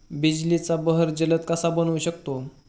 बिजलीचा बहर जलद कसा बनवू शकतो?